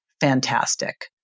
fantastic